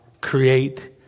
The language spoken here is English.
create